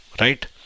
right